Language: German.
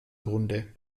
grunde